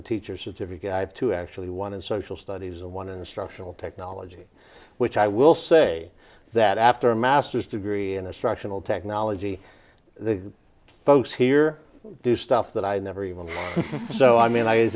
a teacher certificate i have to actually one in social studies and one instructional technology which i will say that after a master's degree in a structural technology the folks here do stuff that i never even so i mean i